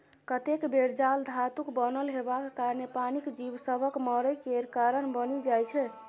कतेक बेर जाल धातुक बनल हेबाक कारणेँ पानिक जीब सभक मरय केर कारण बनि जाइ छै